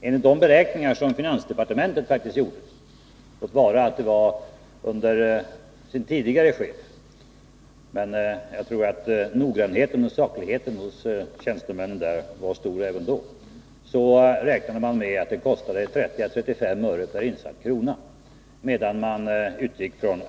Enligt de beräkningar som finansdepartementet faktiskt gjorde — låt vara att det var under den tidigare departementschefens tid, men jag tror att noggrannheten och sakligheten hos tjänstemän var stor även då — kostade det 30335 öre per insatt krona.